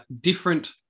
different